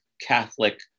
Catholic